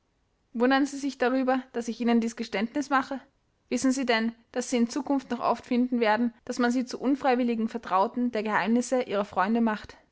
wundern sie sich darüber daß ich ihnen dies geständnis mache wissen sie denn daß sie in zukunft noch oft finden werden daß man sie zur unfreiwilligen vertrauten der geheimnisse ihrer freunde macht